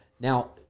Now